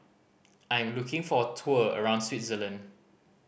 I am looking for a tour around Switzerland